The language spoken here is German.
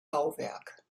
bauwerk